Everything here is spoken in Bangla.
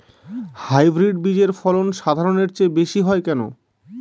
হাইব্রিড বীজের ফলন সাধারণের চেয়ে বেশী হয় কেনো?